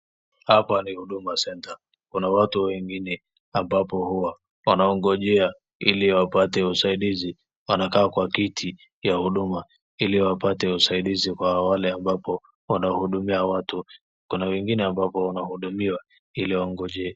Hapa ni Huduma center . Kuna watu wengine ambapo huwa wanaongojea ili wapate usaidizi. Wanakaa kwa kiti ya huduma ili wapate usaidizi kwa wale ambapo wanahudumia watu. Kuna wengine ambapo wanahudumiwa ili waongoje.